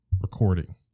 recording